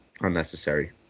unnecessary